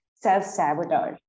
self-sabotage